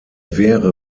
wäre